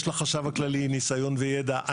יש לחשב הכללי ניסיון וידע.